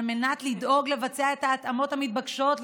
על מנת לדאוג לבצע את ההתאמות המתבקשות,